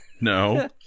No